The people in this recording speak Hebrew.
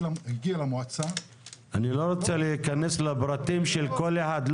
למועצה --- אני לא רוצה להיכנס לפרטים של כל אחד.